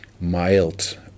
mild